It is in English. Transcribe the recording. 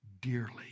dearly